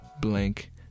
blank